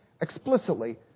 Explicitly